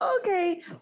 Okay